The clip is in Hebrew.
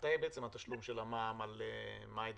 מתי התשלום של המע"מ על מאי?